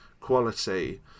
quality